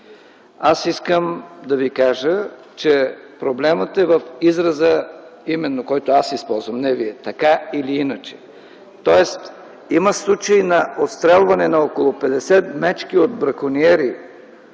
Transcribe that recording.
Искам да Ви кажа, че проблемът е в израза, който именно аз използвам, не Вие – „така или иначе”. Има случаи на отстрелване на около 50 мечки от бракониери,